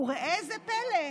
וראה זה פלא,